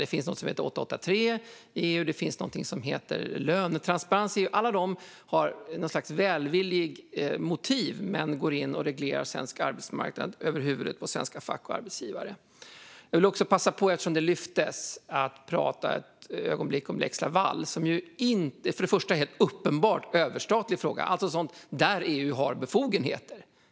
Det finns något som heter 883 och något som heter lönetransparens i EU. Dessa har välvilliga motiv men går in och reglerar svensk arbetsmarknad över huvudet på svenska fack och arbetsgivare. Eftersom lex Laval kom upp ska jag prata ett ögonblick om den. För det första är det helt uppenbart en överstatlig fråga, alltså där EU har befogenheter.